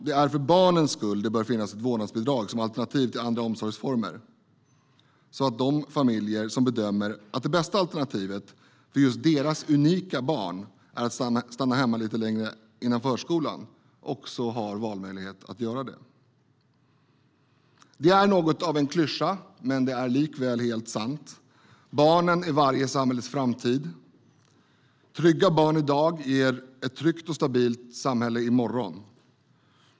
Det är för barnens skull det bör finnas ett vårdnadsbidrag som alternativ till andra omsorgsformer, så att familjer som bedömer att det bästa alternativet för just deras unika barn är att stanna hemma lite längre innan de börjar förskolan har möjlighet att göra det. Det är något av en klyscha men likväl helt sant: barnen är varje samhälles framtid. Trygga barn i dag ger ett tryggt och stabilt samhälle i morgon.